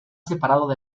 separado